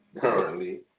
currently